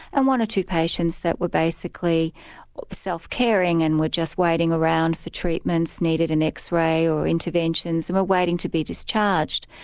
and one or two patients that were basically self-caring, and were just waiting around for treatments, needed an x-ray or interventions, or were waiting to be discharged.